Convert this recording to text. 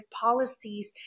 policies